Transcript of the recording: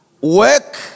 Work